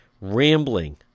rambling